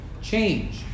Change